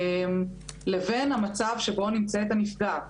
לבין המצב שבו נמצאת הנפגעת,